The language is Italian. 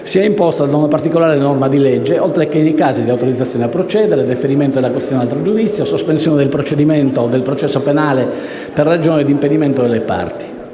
è imposta da una particolare norma di legge, oltre che nei casi di autorizzazione a procedere, deferimento della questione ad altro giudizio o di sospensione del procedimento o del processo penale per ragioni di impedimento delle parti.